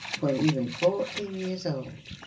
when even fourteen years old,